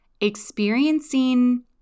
experiencing